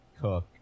Cook